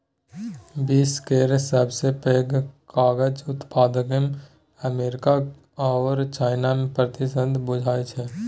विश्व केर सबसे पैघ कागजक उत्पादकमे अमेरिका आओर चाइनामे प्रतिस्पर्धा बुझाइ छै